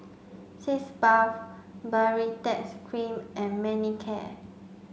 Sitz Bath Baritex Cream and Manicare